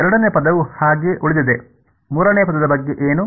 ಎರಡನೆಯ ಪದವು ಹಾಗೆಯೇ ಉಳಿದಿದೆಮೂರನೇ ಪದದ ಬಗ್ಗೆ ಏನು